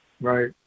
Right